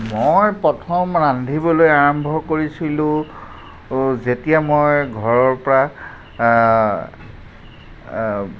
মই প্ৰথম ৰান্ধিবলৈ আৰম্ভ কৰিছিলোঁ যেতিয়া মই ঘৰৰপৰা